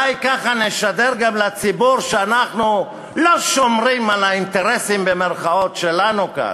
אולי ככה נשדר גם לציבור שאנחנו לא שומרים על ה"אינטרסים" שלנו כאן.